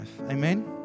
Amen